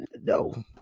No